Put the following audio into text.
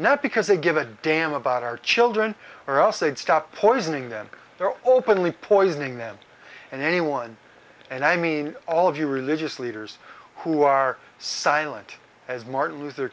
not because they give a damn about our children or else they'd stop poisoning them they're all partly poisoning them and anyone and i mean all of you religious leaders who are silent as martin luther